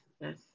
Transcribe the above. yes